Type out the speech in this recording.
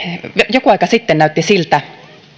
joku aika sitten näytti siltä